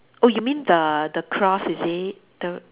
oh you mean the the cross is it the